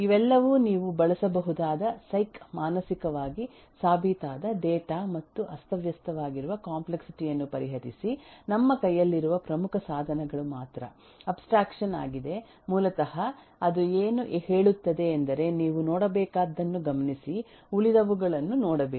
ಇವೆಲ್ಲವೂ ನೀವು ಬಳಸಬಹುದಾದ ಸೈಕ್ ಮಾನಸಿಕವಾಗಿ ಸಾಬೀತಾದ ಡೇಟಾ ಮತ್ತು ಅಸ್ತವ್ಯಸ್ತವಾಗಿರುವ ಕಾಂಪ್ಲೆಕ್ಸಿಟಿ ಯನ್ನು ಪರಿಹರಿಸಿ ನಮ್ಮ ಕೈಯಲ್ಲಿರುವ ಪ್ರಮುಖ ಸಾಧನಗಳು ಮಾತ್ರ ಅಬ್ಸ್ಟ್ರಾಕ್ಷನ್ ಯಾಗಿದೆ ಮೂಲತಃ ಅದು ಏನು ಹೇಳುತ್ತದೆ ಎಂದರೆ ನೀವು ನೋಡಬೇಕಾದದ್ದನ್ನು ಗಮನಿಸಿ ಉಳಿದವುಗಳನ್ನು ನೋಡಬೇಡಿ